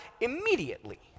immediately